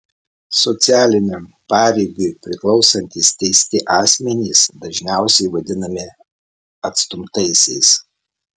socialiniam paribiui priklausantys teisti asmenys dažniausiai vadinami atstumtaisiais